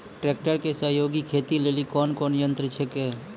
Tractor के सहयोगी खेती लेली कोन कोन यंत्र छेकै?